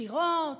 בחירות,